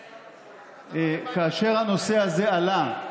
כאשר הנושא הזה עלה,